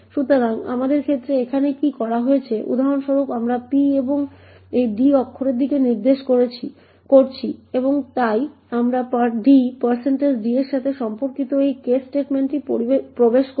সুতরাং আমাদের ক্ষেত্রে এখানে কি করা হয়েছে উদাহরণস্বরূপ আমরা p এই d অক্ষরের দিকে নির্দেশ করছি এবং তাই আমরা d d এর সাথে সম্পর্কিত এই কেস স্টেটমেন্টে প্রবেশ করি